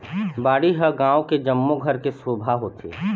बाड़ी ह गाँव के जम्मो घर के शोभा होथे